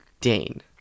Dane